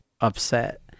upset